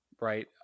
Right